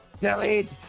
delete